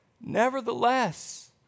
Nevertheless